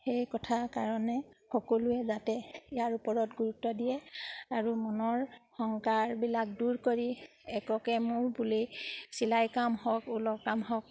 সেই কথা কাৰণে সকলোৱে যাতে ইয়াৰ ওপৰত গুৰুত্ব দিয়ে আৰু মনৰ শংকাবিলাক দূৰ কৰি এককে মোৰ বোলে চিলাই কাম হওক ঊলৰ কাম হওক